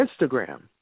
Instagram